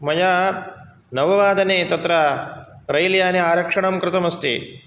मया नववादने तत्र रैल्याने आरक्षणं कृतमस्ति